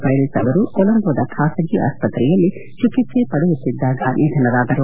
ಪೈರಿಸ್ ಅವರು ಕೊಲೊಂಬೊದ ಖಾಸಗಿ ಆಸ್ಪತ್ರೆಯಲ್ಲಿ ಚಿಕಿತ್ಸೆ ಪಡೆಯುತ್ತಿದ್ದಾಗ ನಿಧನರಾದರು